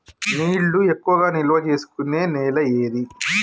నీళ్లు ఎక్కువగా నిల్వ చేసుకునే నేల ఏది?